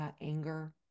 anger